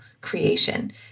creation